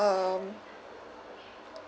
um